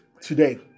today